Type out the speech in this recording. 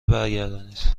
برگردانید